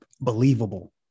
believable